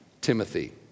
Timothy